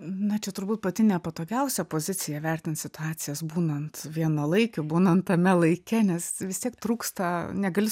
na čia turbūt pati nepatogiausia pozicija vertint situacijas būnant vienalaikiu būnant tame laike nes vis tiek trūksta negali